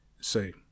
say